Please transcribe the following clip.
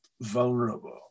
vulnerable